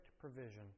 provision